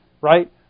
right